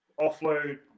offload